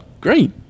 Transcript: Great